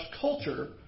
culture